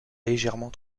légèrement